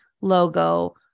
logo